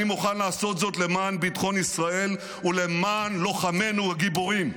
אני מוכן לעשות זאת למען ביטחון ישראל ולמען לוחמינו הגיבורים.